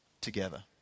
together